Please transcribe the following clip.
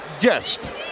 guest